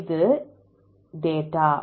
எனவே இது டேட்டா